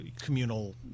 communal